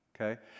okay